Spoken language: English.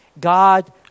God